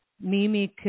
mimic